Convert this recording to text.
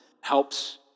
helps